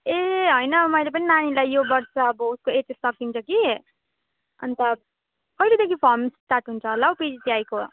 ए होइन मैले पनि नानीलाई यो वर्ष अब उसको एचएस सकिन्छ कि अन्त कहिलेदेखि फर्म स्टार्ट हुन्छ होला हौ पिजिटिआईको